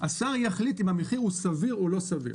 שהוא יחליט אם המחיר הוא סביר או לא סביר.